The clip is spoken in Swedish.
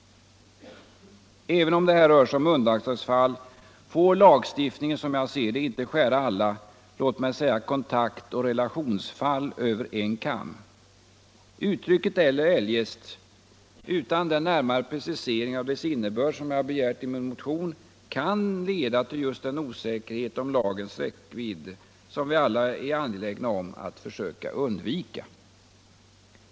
Även om det här rör sig om undantagsfall, får lagstiftningen som jag ser det inte skära alla, låt mig säga kontaktoch relationsfall, över en kam! Uttrycket ”eller eljest” utan den närmare precisering av dess innebörd som jag begärt i min motion kan leda till just den osäkerhet om lagens räckvidd som vi alla är angelägna om att försöka undvika.